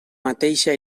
mateixa